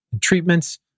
treatments